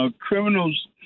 Criminals